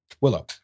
Willow